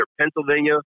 Pennsylvania